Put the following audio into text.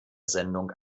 sendung